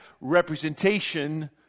representation